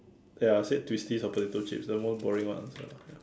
ya I said twisties or potato chips the most boring one answer lah ya